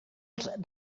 els